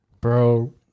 Bro